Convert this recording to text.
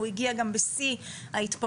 הוא הגיע גם בשיא ההתפרצות,